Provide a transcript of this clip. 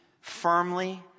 firmly